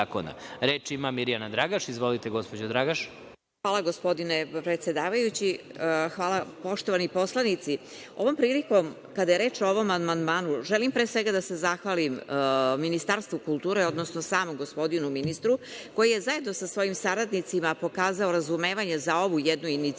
poslanik Mirjana Dragaš. Izvolite, gospođo Dragaš. **Mirjana Dragaš** Hvala, gospodine predsedavajući. Poštovani poslanici, ovom prilikom, kada je reč o ovom amandmanu, želim pre svega da se zahvalim Ministarstvu kulture, odnosno samom gospodinu ministru, koji je zajedno sa svojim saradnicima pokazao razumevanje za ovu jednu inicijativu,